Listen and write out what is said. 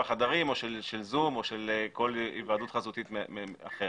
חדרים או של זום או כל היוועדות חזותית אחרת.